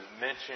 mention